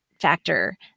factor